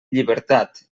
llibertat